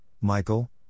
Michael